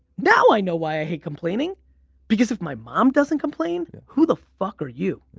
now i know why i hate complaining because if my mom doesn't complain, who the fuck are you? yeah